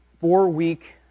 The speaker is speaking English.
four-week